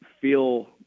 feel